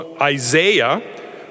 Isaiah